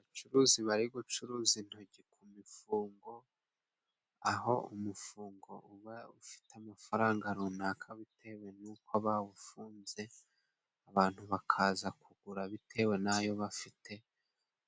Abacuruzi bari gucuruza intogi ku mifungo, aho umufungo uba ufite amafaranga runaka bitewe n'uko bawufunze, abantu bakaza kugura bitewe n'ayo bafite